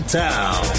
town